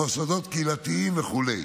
מוסדות קהילתיים וכו',